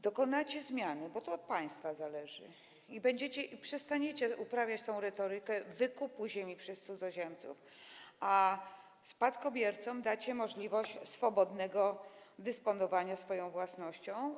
dokonacie zmiany - bo to od państwa zależy - i przestaniecie uprawiać tę retorykę wykupu ziemi przez cudzoziemców, a spadkobiercom dacie możliwość swobodnego dysponowania swoją własnością?